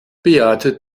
beate